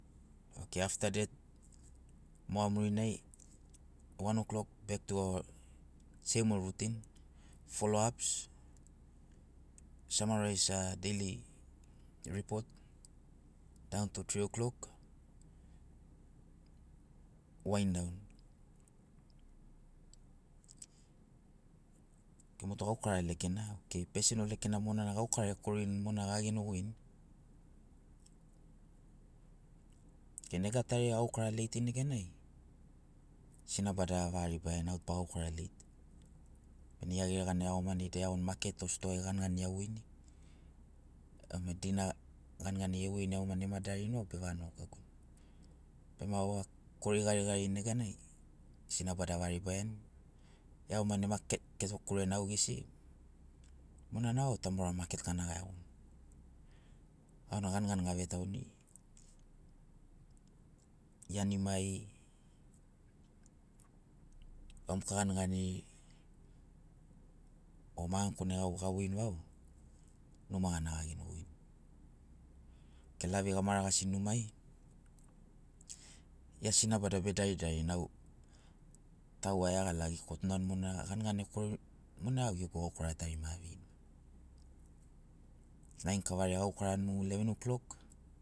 Okei afta det moga murinai wan- oklok bek tu aoa nomol rutin folo aps, samarais deili ripot daon tu tri- oklok wain daon, okei mo tu gaukara lekenai, okei pesenol lekenai monana gaukara ekorini monana gagenogoini okei nega tari agaukara leitini neganai sinabada avaga ribaiani au bagaukara leitini. Gia geregana iagomani beiagoni maketi o stoai ganigani eavoini gama dina ganiganiri evoini iagomani ema darini vau bevaga nogaguni. Bema au akori garigarini neganai sinabada avaga ribaiani eiagomani ema keto kureni au gesi monana vau maketi gana gaiagoni. Monai ganigani gavetauni, ianimai, vamoka ganiganiri o magani kone gavoini vau numa gana gaiagoni okei lavi gamaragasini numai. Gia sinabada be edaridarini, au tau aiagaragini kotunani monana ganigani ekorini monai vau gegu gaukara tari ma aveini. Nain kavari agaukarani mo ileven oklok.